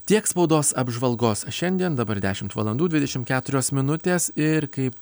tiek spaudos apžvalgos šiandien dabar dešimt valandų dvidešim keturios minutės ir kaip